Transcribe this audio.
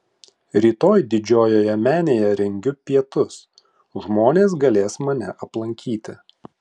rytoj didžiojoje menėje rengiu pietus žmonės galės mane aplankyti